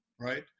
right